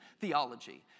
theology